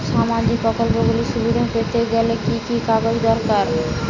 সামাজীক প্রকল্পগুলি সুবিধা পেতে গেলে কি কি কাগজ দরকার?